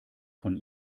von